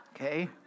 Okay